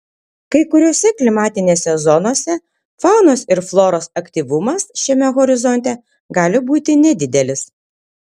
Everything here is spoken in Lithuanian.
kai kuriose klimatinėse zonose faunos ir floros aktyvumas šiame horizonte gali būti nedidelis